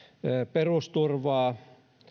perusturvaa